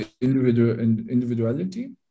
individuality